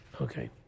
Okay